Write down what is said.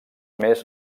més